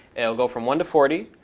it'll go from one to forty.